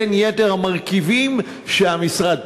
בין יתר המרכיבים שהמשרד קבע.